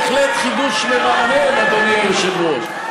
זה בהחלט חידוש מרענן, אדוני היושב-ראש.